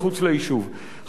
חבר הכנסת זחאלקה,